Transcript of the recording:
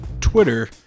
Twitter